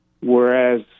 whereas